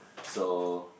so